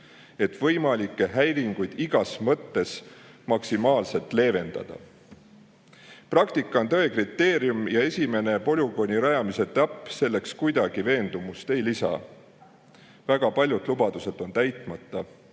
et võimalikke häiringuid igas mõttes maksimaalselt leevendada. Praktika on tõe kriteerium ja polügooni rajamise esimene etapp kuidagi veendumust ei lisa. Väga paljud lubadused on täitmata.